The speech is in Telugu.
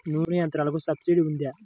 నూనె యంత్రాలకు సబ్సిడీ ఉందా?